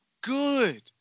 good